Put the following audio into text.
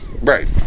Right